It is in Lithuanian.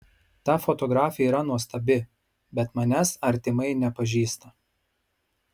ta fotografė yra nuostabi bet manęs artimai nepažįsta